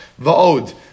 Va'od